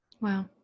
Wow